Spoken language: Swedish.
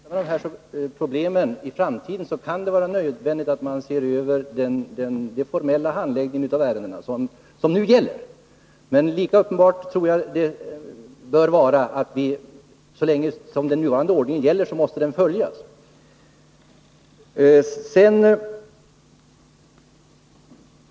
Herr talman! Hans Alsén och jag är uppenbarligen överens att om vi vill komma till rätta med dessa problem i framtiden kan det bli nödvändigt att man ser över formerna för handläggningen av ärendena. Men lika uppenbart tror jag det bör vara att så länge nuvarande ordning gäller, måste den följas.